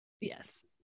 Yes